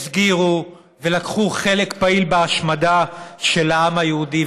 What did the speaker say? הסגירו ולקחו חלק פעיל בהשמדה של העם היהודי.